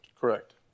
Correct